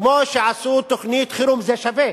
כמו שעשו תוכנית חירום זה שווה.